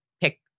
pick